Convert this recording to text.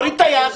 תוריד את היד.